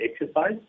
exercise